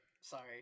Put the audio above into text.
Sorry